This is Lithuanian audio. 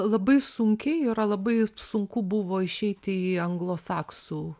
labai sunkiai yra labai sunku buvo išeiti į anglosaksų